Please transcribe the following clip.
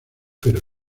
pero